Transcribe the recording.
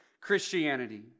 Christianity